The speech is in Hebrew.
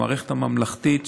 המערכת הממלכתית,